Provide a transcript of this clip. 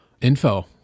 info